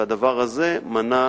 והדבר הזה מנע